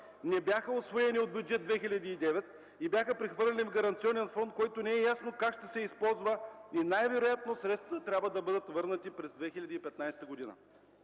не бяха усвоени от Бюджет 2009 и бяха прехвърлени в гаранционен фонд, който не е ясно как ще се използва. Най-вероятно средствата трябва да бъдат върнати през 2015 г.